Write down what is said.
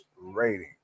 rating